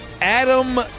Adam